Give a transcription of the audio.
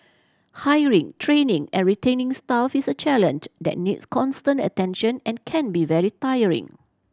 hiring training and retaining staff is a challenge that needs constant attention and can be very tiring